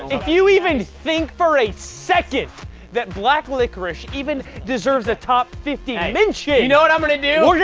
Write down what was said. if you even think for a second that black licorice even deserves a top fifty mention hey, you know what i'm going to do? we're yeah